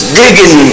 digging